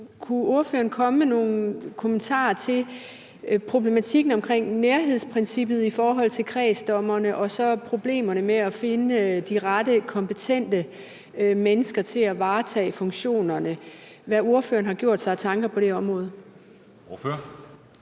Kunne ordføreren komme med nogle kommentarer til problematikken med nærhedsprincippet i forhold til kredsdommerne og problemerne med at finde de rette kompetente mennesker til at varetage funktionerne, og hvad ordføreren har gjort sig af tanker på det område? Kl.